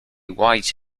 white